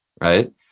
right